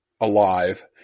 alive